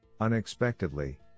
Unexpectedly